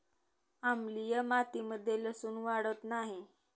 आम्लीय मातीमध्ये लसुन वाढत नाही